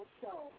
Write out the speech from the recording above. Show